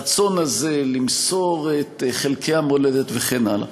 הרצון הזה למסור את חלקי המולדת וכן הלאה.